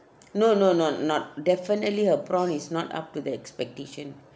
no no no~ not definitely her prawn is not up to the expectation